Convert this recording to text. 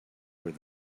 where